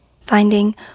Finding